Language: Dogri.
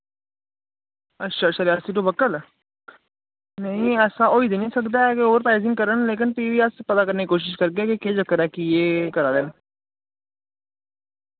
अच्छा अच्छा रियासी टू बक्कल नेईं ऐसा होई ते नि सकदा ऐ के ओवर प्राइसिंग करन लेकिन फ्ही वि अस पता करने दी कोशिश करगे के केह् चक्कर ऐ की एह् करा दे न